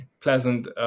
pleasant